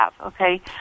Okay